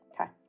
Okay